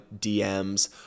DMs